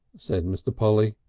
said mr. polly.